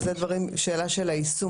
שזה דברים ששאלה של היישום,